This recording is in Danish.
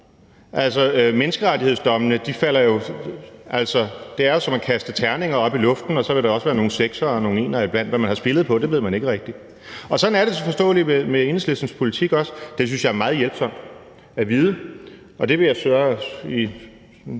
menneskerettighedsdommene er det som at kaste terninger op i luften, og der kan så også være nogle seksere og nogle enere iblandt, men hvad man har spillet på, ved man ikke rigtig. Sådan er det så, forståeligt, også med Enhedslistens politik. Det synes jeg er meget hjælpsomt at vide, og det vil jeg så i